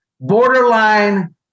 borderline